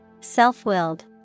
Self-willed